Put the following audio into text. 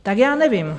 Tak já nevím.